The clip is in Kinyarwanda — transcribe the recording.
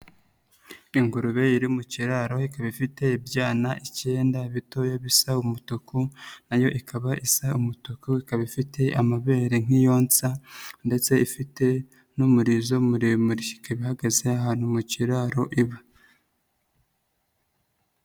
Ingurube iri mu kiraro ikaba ifite ibyana ikenda ibitoya bisa umutuku, nayo ikaba isa umutuku ikaba ifite amabere nk'iyonsa, ndetse ifite n'umurizo muremure, ikaba ihagaze ahantu mu kiraro iba.